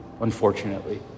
Unfortunately